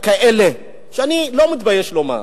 אני לא מתבייש לומר,